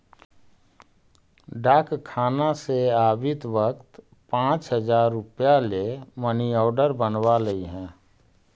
डाकखाना से आवित वक्त पाँच हजार रुपया ले मनी आर्डर बनवा लइहें